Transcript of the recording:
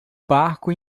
barco